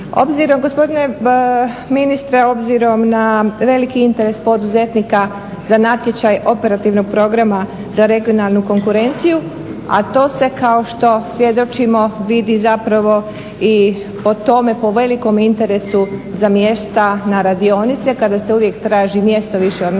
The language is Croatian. Obzirom gospodine ministre na veliki interes poduzetnika za natječaj operativnog Programa za regionalnu konkurenciju, a to se kao što svjedočimo vidi i po tome po velikom interesu za mjesta na radionice kada se uvijek traži mjesto više odnosno